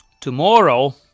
Tomorrow